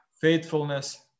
faithfulness